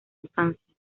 infancia